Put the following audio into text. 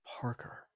Parker